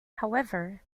however